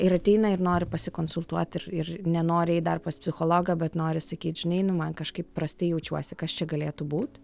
ir ateina ir nori pasikonsultuoti ir ir nenori eit dar pas psichologą bet nori sakyt žinai nu man kažkaip prastai jaučiuosi kas čia galėtų būt